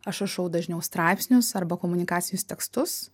aš rašau dažniau straipsnius arba komunikacinius tekstus